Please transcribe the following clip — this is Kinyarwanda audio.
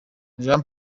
jean